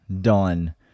done